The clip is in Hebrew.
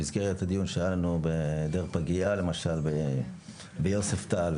במסגרת הדיון שהיה לנו בפגייה למשל ביוסף טל,